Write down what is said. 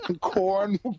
corn